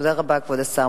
תודה רבה, כבוד השר.